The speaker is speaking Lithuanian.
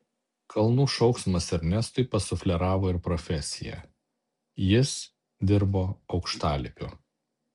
kalnų šauksmas ernestui pasufleravo ir profesiją jis dirbo aukštalipiu